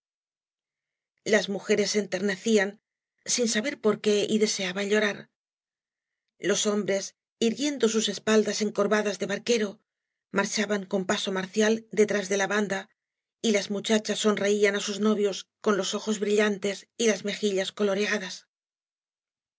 las mujeres se enternecían sin saber por qué g v blasco ibáñbz y deseaban llorar los hombres írguiendo sus espaldas encorvadas de barquero marchaban coa paso marcial detrás de la banda y las muchachas sonreían á sus novios con los ojos brillantes y iaer mejillas coloreadas